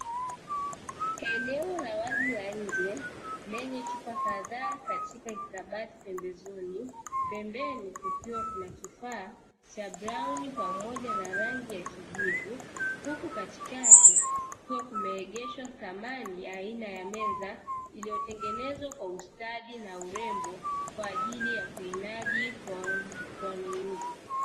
Eneo la wazi la nje, lenye chupa kadhaa katika kikabati pembezoni, pembeni kukiwa kuna kifaa cha brauni pamoja na rangi ya kijivu, huku katikati kuwe kumeegeshwa samani, aina ya meza iliyotengenezwa kwa ustadi na urembo, kwa ajili ya kuinadi kwa wanunuzi.